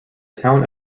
town